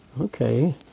Okay